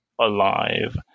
alive